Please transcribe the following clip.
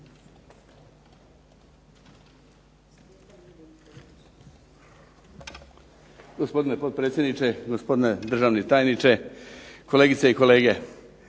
Hvala vam